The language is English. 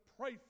pray